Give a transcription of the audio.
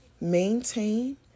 maintain